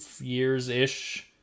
years-ish